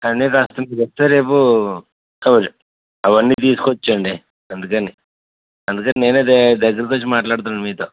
అన్నీ తీసుకొని వస్తే రేపు అవన్నీ తీసుకోవచండి అందుకని అందుకని నేను దగ్గరికు వచ్చి మాట్లాడుతున్న మీతో